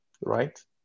right